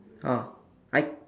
ah I